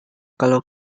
kalau